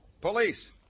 Police